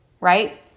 right